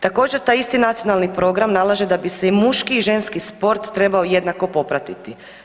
Također taj isti nacionalni program nalaže da bi se i muški i ženski sport trebao jednako popratiti.